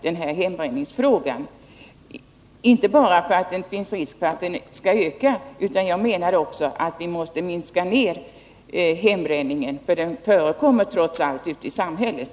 Vi skall dessutom göra detta inte bara därför att det finns risk för att hembränningen ökar. Jag menar att vi också måste minska omfattningen av den hembränning som trots allt förekommer ute i samhället.